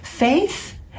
Faith